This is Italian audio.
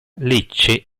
lecce